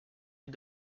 œil